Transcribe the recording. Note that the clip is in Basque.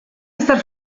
ezer